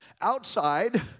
Outside